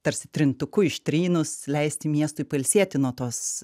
tarsi trintuku ištrynus leisti miestui pailsėti nuo tos